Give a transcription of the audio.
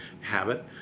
habit